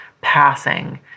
passing